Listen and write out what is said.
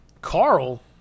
Carl